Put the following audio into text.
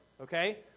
Okay